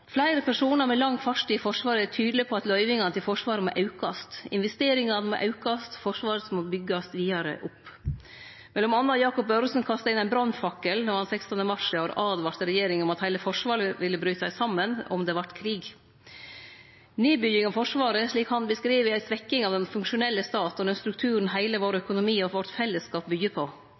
Fleire personar med lang fartstid i Forsvaret er tydelege på at løyvingane til Forsvaret må aukast, investeringane må aukast, Forsvaret må byggjast vidare opp. Mellom anna kasta Jacob Børresen inn ein brannfakkel då han 16. mars i år åtvara regjeringa om at heile Forsvaret ville bryte saman om det vart krig. Nedbygging av Forsvaret er, slik han beskriv det, ei svekking av den funksjonelle staten og den strukturen heile økonomien og fellesskapen vår byggjer på.